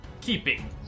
keeping